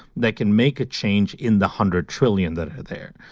that can make a change in the hundred trillion that are there.